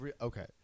okay